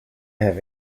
have